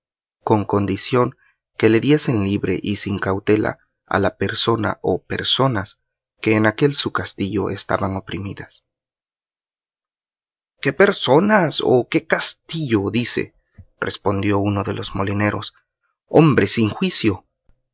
con condición que le diesen libre y sin cautela a la persona o personas que en aquel su castillo estaban oprimidas qué personas o qué castillo dice respondió uno de los molineros hombre sin juicio